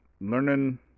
learning